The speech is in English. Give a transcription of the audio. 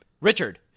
Richard